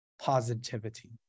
positivity